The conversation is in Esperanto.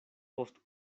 post